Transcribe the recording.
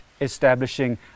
establishing